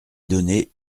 donner